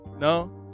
No